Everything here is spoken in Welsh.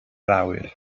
awyr